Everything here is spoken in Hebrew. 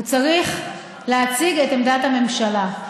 הוא צריך להציג את עמדת הממשלה.